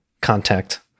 contact